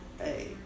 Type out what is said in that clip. Hey